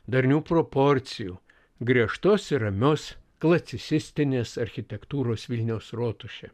darnių proporcijų griežtos ir ramios klasicistinės architektūros vilniaus rotušė